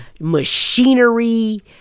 machinery